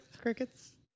Crickets